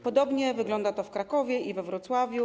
Podobnie wygląda to w Krakowie i we Wrocławiu.